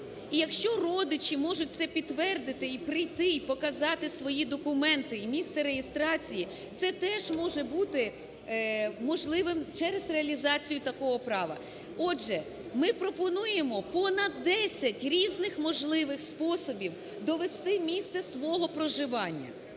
і якщо родичі можуть це підтвердити і прийти, і показати свої документи і місце реєстрації, це теж може бути можливим через реалізацію такого права. Отже, ми пропонуємо понад десять різних можливих способів довести місце свого проживання.